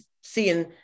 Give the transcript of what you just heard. seeing